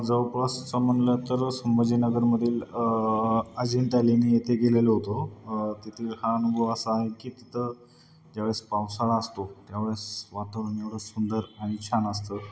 जवळपास असं म्हटलं तर संभाजी नगरमधील अजिंठा लेणी येथे गेलेलो होतो तेथील हा अनुभव असा आहे की तिथं ज्यावेळेस पावसाळा असतो त्यावेळेस वातावरण एवढं सुंदर आणि छान असतं